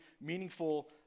meaningful